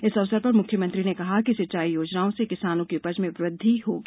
इस अवसर पर मुख्यमंत्री ने कहा कि सिंचाई योजनाओं से किसानों की उपज में वृद्धि होगी